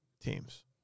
teams